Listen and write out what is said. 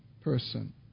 person